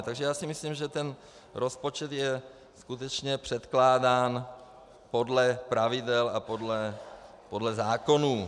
Takže já si myslím, že ten rozpočet je skutečně předkládán podle pravidel a podle zákonů.